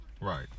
Right